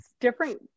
different